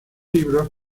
libros